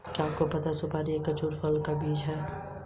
वर्तमान समय में इंसटैंट टी का प्रचलन भी बढ़ा है